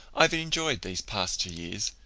i've enjoyed these past two years.